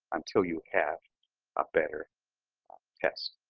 until you have a better test.